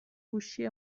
گوشی